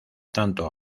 tanto